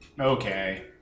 Okay